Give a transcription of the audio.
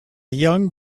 young